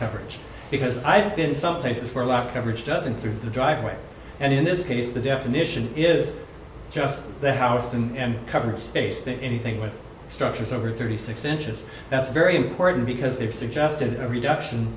coverage because i've been some places where law coverage doesn't through the driveway and in this case the definition is just that house and covered space that anything with structures over thirty six inches that's very important because they've suggested a reduction